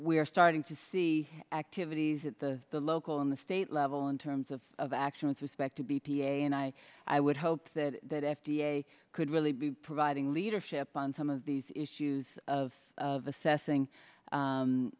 are starting to see activities at the the local and the state level in terms of of action with respect to b p a and i i would hope that that f d a could really be providing leadership on some of these issues of of assessing